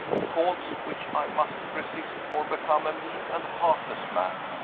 faults which i must resist, or become a mean and heartless man.